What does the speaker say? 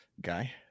Guy